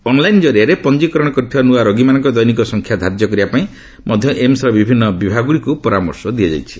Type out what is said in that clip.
online ଜରିଆରେ ପଞ୍ଜିକରଣ କରିଥିବା ନୂଆ ରୋଗୀମାନଙ୍କ ଦୈନିକ ସଂଖ୍ୟା ଧାର୍ଯ୍ୟ କରିବା ପାଇଁ ମଧ୍ୟ ଏମ୍ସର ବିଭିନ୍ନ ବିଭାଗଗୁଡ଼ିକୁ ପରାମର୍ଶ ଦିଆଯାଇଛି